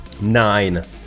Nine